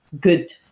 good